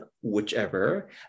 whichever